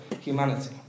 humanity